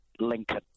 Lincoln